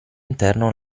interno